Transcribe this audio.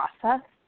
process